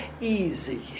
easy